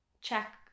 Check